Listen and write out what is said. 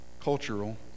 cultural